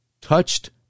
touched